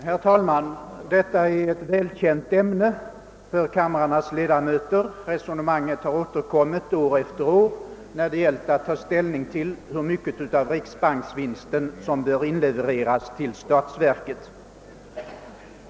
Herr talman! Detta är ett välkänt ämne för kamrarnas ledamöter; resonemanget har återkommit år efter år när det gällt att ta ställning till hur mycket av riksbanksvinsten som bör inlevereras till statsverket.